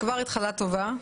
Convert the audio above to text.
זאת כבר התחלה טובה.